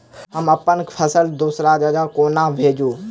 हम अप्पन फसल दोसर जगह कोना भेजू?